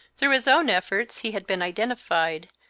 through his own efforts he had been identified,